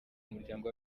muryango